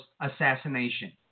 assassination